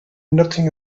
nothing